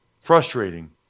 Frustrating